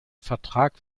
vertrag